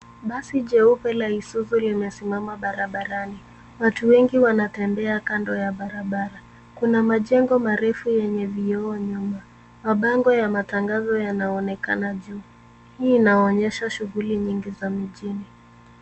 Basi jeupe la Isuzu limesimama barabarani. Watu wengi wanatembea kando ya barabara. Kuna majengo marefu wenye vioo nyuma. Mabango ya matangazo yanaonekana ju. Hii inaonyesha shughuli nyingi za mijini.